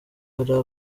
hari